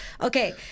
Okay